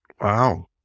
Wow